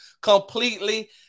completely